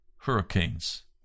Hurricanes